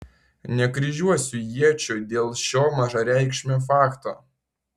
nekryžiuosiu iečių dėl šio mažareikšmio fakto